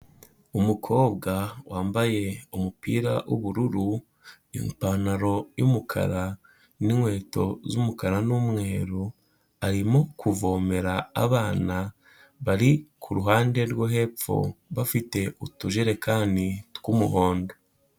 Umukobwa wambaye umupira w'ubururu, ipantaro y'umukara n'inkweto z'umukara n'umweru, arimo kuvomera abana bari ku ruhande rwo hepfo bafite utujerekani tw'umuhondo.